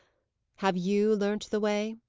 have you learnt the way?